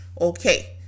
okay